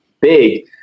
big